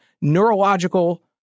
neurological